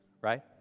right